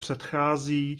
předchází